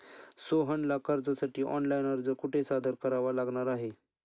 सोहनला कर्जासाठी ऑनलाइन अर्ज कुठे सादर करावा लागणार आहे?